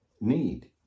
need